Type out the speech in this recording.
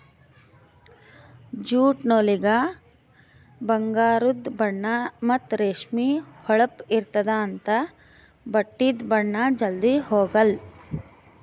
jute ನೂಲಿಗ ಬಂಗಾರದು ಬಣ್ಣಾ ಮತ್ತ್ ರೇಷ್ಮಿ ಹೊಳಪ್ ಇರ್ತ್ತದ ಅಂಥಾ ಬಟ್ಟಿದು ಬಣ್ಣಾ ಜಲ್ಧಿ ಹೊಗಾಲ್